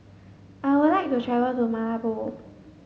I would like to travel to Malabo